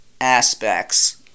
aspects